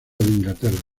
inglaterra